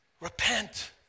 Repent